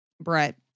Brett